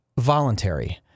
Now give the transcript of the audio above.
voluntary